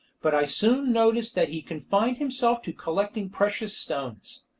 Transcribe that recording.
but i soon noticed that he confined himself to collecting precious stones,